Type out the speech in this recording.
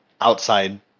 outside